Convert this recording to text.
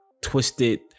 twisted